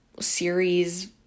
series